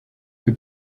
que